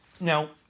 Now